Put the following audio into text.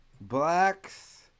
blacks